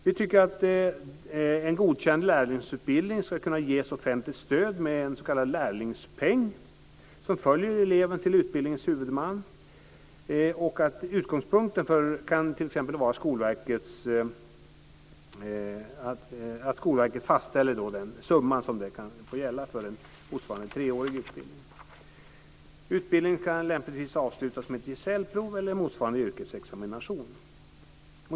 Vi tycker att en godkänd lärlingsutbildning ska kunna ges offentligt stöd med en s.k. lärlingspeng, som följer eleven till utbildningens huvudman. Utgångspunkten kan t.ex. vara att Skolverket fastställer den summa som kan få gälla för en treårig utbildning. Utbildningen kan lämpligtvis avslutas med ett gesällprov eller motsvarande yrkesexamination.